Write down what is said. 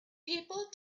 people